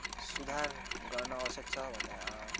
सुधार गर्न आवश्यक छ भन्दा